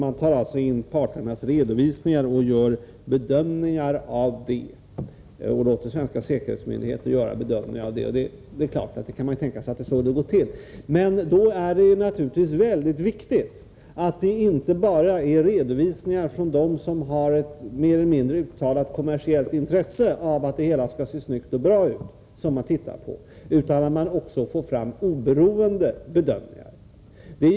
Detta sker på så sätt att parternas redovisningar samlas in och svenska säkerhetsmyndigheter gör bedömningar av dem. Det är möjligt att det går till på det sättet. Men det är naturligtvis mycket viktigt att det inte bara kommer in redovisningar från dem som har ett mer eller mindre uttalat kommersiellt intresse av att det hela skall se snyggt och bra ut, utan att det också finns med oberoende bedömningar.